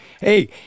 Hey